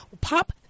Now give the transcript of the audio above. Pop